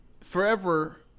Forever